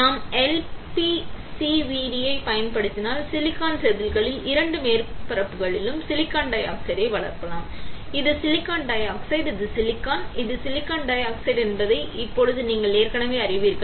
நாம் LPCVD ஐப் பயன்படுத்தினால் சிலிக்கான் செதில்களின் இரண்டு மேற்பரப்புகளிலும் சிலிக்கான் டை ஆக்சைடை வளர்க்கலாம் இது சிலிக்கான் டை ஆக்சைடு இந்த சிலிக்கான் இது சிலிக்கான் டை ஆக்சைடு என்பதை இப்போது நீங்கள் ஏற்கனவே அறிவீர்கள்